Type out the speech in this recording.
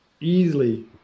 easily